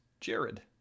Jared